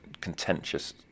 contentious